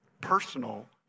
personal